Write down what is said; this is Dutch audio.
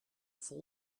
vol